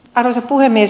arvoisa puhemies